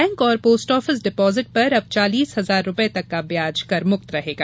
bank और post office deposit पर अब चालीस हजार रूपये तक का ब्याज कर मुक्त रहेगा